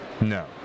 No